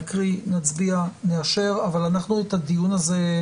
נקריא, נצביע, נאשר, אבל על הדיון הזה,